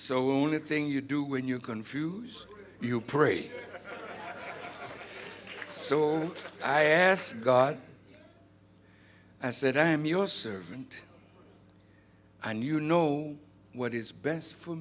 so only thing you do when you confuse you pray so i asked god i said i am your servant and you know what is best for